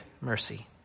mercy